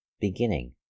beginning